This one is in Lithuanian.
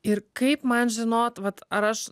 ir kaip man žinot vat ar aš